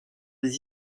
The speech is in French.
des